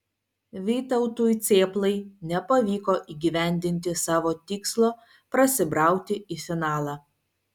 vytautui cėplai nepavyko įgyvendinti savo tikslo prasibrauti į finalą